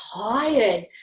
tired